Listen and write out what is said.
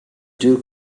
duke